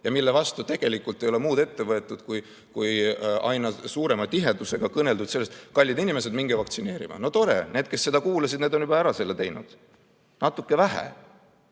ei ole tegelikult muud ette võetud kui aina suurema tihedusega kõneldud, et, kallid inimesed, minge vaktsineerima. No tore, need, kes seda kuulasid, on selle juba ära teinud. Natuke vähe